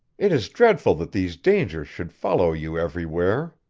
it is dreadful that these dangers should follow you everywhere,